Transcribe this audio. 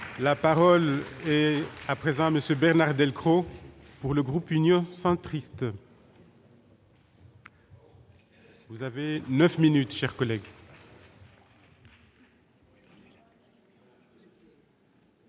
La parole est à présent Monsieur Bernard Delcros pour le groupe Union centriste. Vous avez 9 minutes chers collègues.